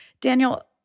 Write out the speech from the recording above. Daniel